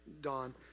Don